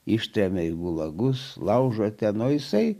ištremia į gulagus laužo tenai jisai